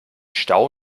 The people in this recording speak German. stau